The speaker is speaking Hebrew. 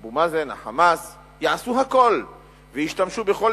אבו מאזן וה"חמאס" יעשו הכול וישתמשו בכל